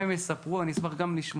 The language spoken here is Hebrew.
אבל אם הקופות יספרו, אני אשמח גם לשמוע.